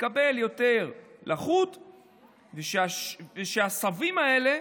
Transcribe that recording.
יקבל יותר לחות ושהעשבים האלה